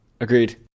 Agreed